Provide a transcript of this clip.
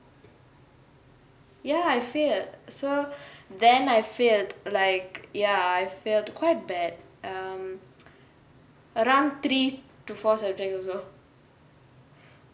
ya I failed so then I failed like ya I failed quite bad um around three to four subjects also